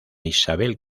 isabel